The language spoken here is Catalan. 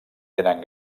tenen